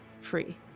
free